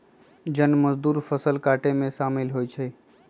जन मजदुर फ़सल काटेमें कामिल होइ छइ